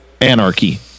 anarchy